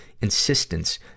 insistence